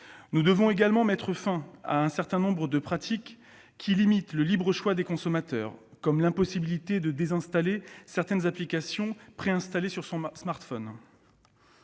Nous devons également mettre fin à un certain nombre de pratiques qui limitent le libre choix du consommateur, comme l'impossibilité de désinstaller certaines applications préinstallées sur son smartphone.